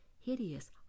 hideous